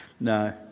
No